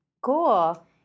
Cool